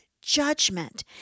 judgment